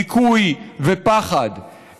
דיכוי ופחד,